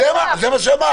זה מה שאמרת.